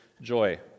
joy